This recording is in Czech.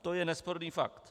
To je nesporný fakt.